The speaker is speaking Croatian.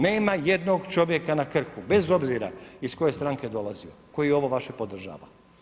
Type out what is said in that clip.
Nema ni jednog čovjeka na Krku, bez obzira iz koje stranke dolazi, koji ovo vaše podržava.